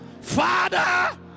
Father